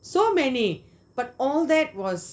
so many but all that was